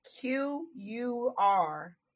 Q-U-R